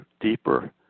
deeper